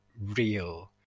real